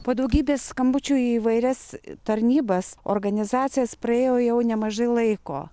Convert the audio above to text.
po daugybės skambučių į įvairias tarnybas organizacijas praėjo jau nemažai laiko